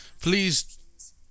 please